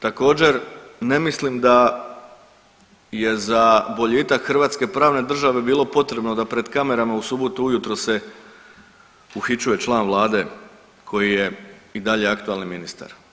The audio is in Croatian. Također ne mislim da je za boljitak Hrvatske, pravne države bilo potrebno da pred kamerama u subotu ujutro se uhićuje član vlade koji je i dalje aktualni ministar.